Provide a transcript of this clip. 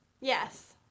Yes